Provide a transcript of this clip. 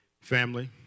Family